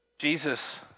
Jesus